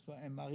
יש כבר MRE,